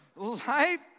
Life